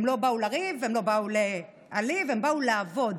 לא באו לריב, לא באו להעליב, באו לעבוד.